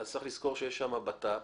צריך לזכור שיש שם ביטחון פנים,